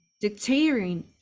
dictating